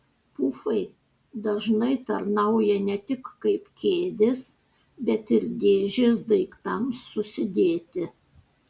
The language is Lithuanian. pufai dažnai tarnauja ne tik kaip kėdės bet ir dėžės daiktams susidėti